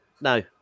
No